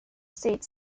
states